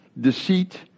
deceit